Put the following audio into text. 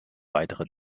weitere